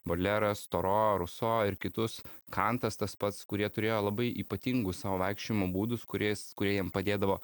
bodleras toro ruso ir kitus kantas tas pats kurie turėjo labai ypatingus savo vaikščiojimo būdus kuriais kurie jiem padėdavo